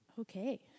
Okay